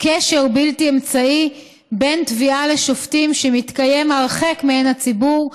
קשר בלתי אמצעי בין תביעה לשופטים שמתקיים הרחק מעין הציבור,